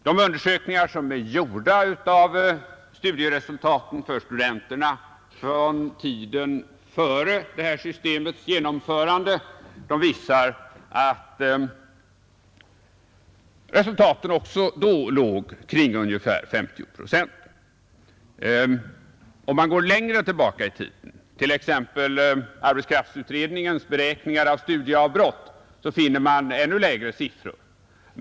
De undersökningar som är gjorda av studieresultaten för studenterna från tiden före det här systemets genomförande visar att siffran också då låg vid ungefär 50 procent. Om man går längre tillbaka i tiden, t.ex. till arbetskraftsutredningens beräkningar av studieavbrott, så finner man ännu lägre siffror.